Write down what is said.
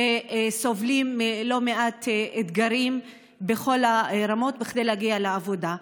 וסובלים מלא מעט אתגרים בכל הרמות כדי להגיע לעבודה.